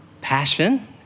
Passion